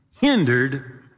hindered